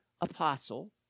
apostle